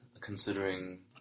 considering